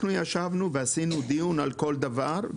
אנחנו ישבנו ועשינו דיון על כל דבר.